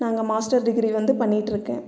நான் அங்கே master degree வந்து பண்ணிட்டுருக்கேன்